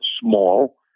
small